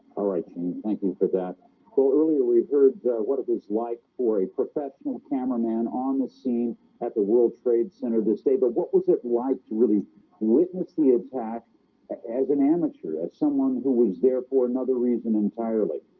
all right. thank you for that well earlier we heard what it is like for a professor cameraman on the scene at the world trade center disabled what was it like to really witness the attack as an amateur as someone who was there for another reason entirely?